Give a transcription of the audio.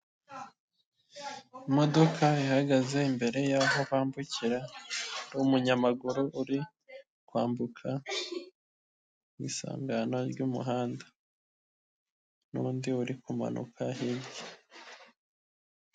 Imodoka ihagaze imbere y'aho bambukira umunyamaguru uri kwambuka mu isangano ry'umuhanda n'undi uri kumanuka hirya.